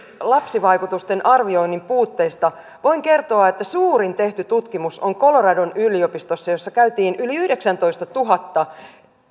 lapsivaikutusten arvioinnin puutteesta niin voin kertoa että suurin tehty tutkimus on coloradon yliopistosta jossa käytiin yli yhdeksäntoistatuhatta